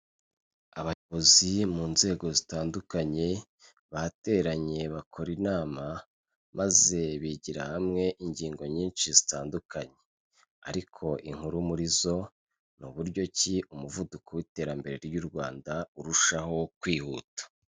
Abayobozi mu nzego zitandukanye, bateranye bakora inama maze bigira hamwe ingingo nyinshi zitandukanye ariko inkuru muri zo, ni uburyo ki umuvuduko w'iterambere ry'u Rwanda urushaho kwihuta.